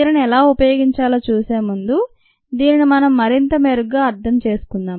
దీనిని ఎలా ఉపయోగించాలో చూసే ముందు దీనిని మనం మరింత మెరుగ్గా అర్థం చేసుకుందాం